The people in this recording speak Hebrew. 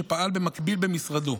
שפעל במקביל במשרדו.